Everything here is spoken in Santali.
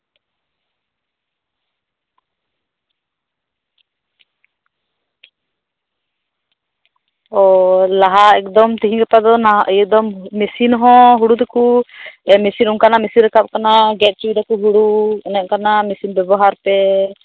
ᱚ ᱚᱱᱠᱟ ᱮᱠᱫᱚᱢ ᱛᱤᱦᱤᱧ ᱜᱟᱯᱟ ᱫᱚ ᱢᱤᱥᱤᱱ ᱦᱚᱸ ᱦᱩᱲᱩ ᱛᱮᱠᱚ ᱚᱱᱠᱟᱱᱟᱜ ᱢᱮᱥᱤᱱ ᱨᱟᱠᱟᱵ ᱟᱠᱟᱱᱟ ᱜᱮᱫ ᱦᱚᱪᱚᱭ ᱫᱟᱠᱚ ᱦᱩᱲᱩ ᱚᱱᱮ ᱚᱱᱠᱟᱱᱟᱜ ᱢᱮᱥᱤᱱ ᱵᱮᱵᱚᱦᱟᱨ ᱯᱮ